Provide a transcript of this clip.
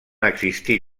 existir